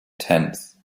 tenth